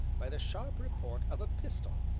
by the sharp report of a pistol,